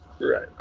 Right